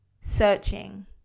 searching